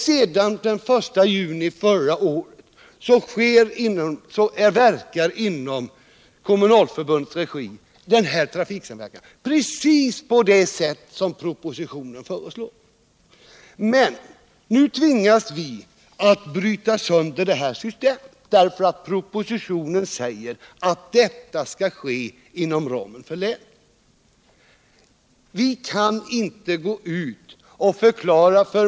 Sedan den 1 juni förra året sker trafiksamverkan i kommunalförbundets regi precis på det sätt propositionen föreslår. Men nu tvingas vi att bryta sönder systemet därför att propositionen säger att verksamheten skall ske inom ramen för länet.